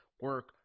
Work